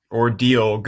ordeal